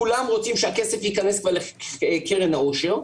כולם רוצים שהכסף ייכנס כבר לקרן העושר,